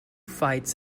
fights